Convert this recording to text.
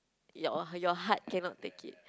your your heart cannot take it